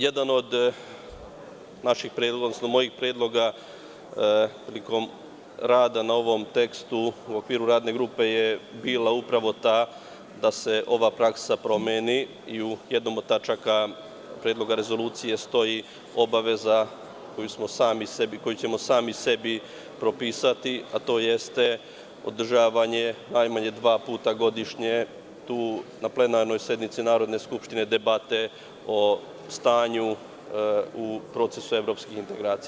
Jedan od naših, odnosno mojih predloga prilikom rada na ovom tekstu u okviru Radne grupe je bila upravo ta da se ova praksa promeni i u jednoj od tačaka Predloga rezolucije stoji obaveza koju ćemo sami sebi propisati, a to jeste održavaće najmanje dva puta godišnje na plenarnim sednicama Narodne skupštine debata o stanju u procesu evropskih integracija.